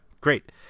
great